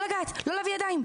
לא לגעת,